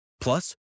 Plus